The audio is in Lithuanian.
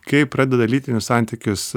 kai pradeda lytinius santykius